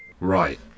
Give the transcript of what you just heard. Right